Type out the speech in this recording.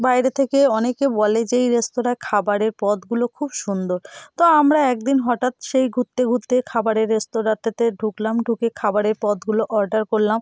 বাইরে থেকে অনেকে বলে যে এই রেস্তোরাঁ খাবারের পদগুলো খুব সুন্দর তো আমরা এক দিন হঠাৎ সেই ঘুরতে ঘুরতে খাবারের রেস্তোরাঁতে ঢুকলাম ঢুকে খাবারের পদগুলো অর্ডার করলাম